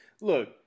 Look